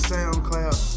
SoundCloud